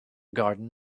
garden